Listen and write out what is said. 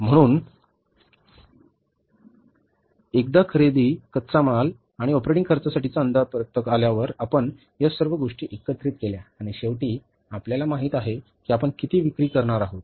म्हणून एकदा खरेदी कच्चा माल आणि ऑपरेटिंग खर्चासाठी अंदाजपत्रक आल्यावर आपण या सर्व गोष्टी एकत्रित केल्या आणि शेवटी आपल्याला माहित आहे की आपण किती विक्री करणार आहोत